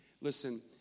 Listen